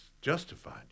justified